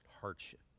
hardship